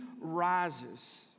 rises